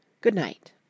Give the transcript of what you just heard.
Good-night